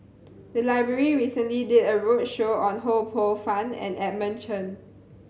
the library recently did a roadshow on Ho Poh Fun and Edmund Chen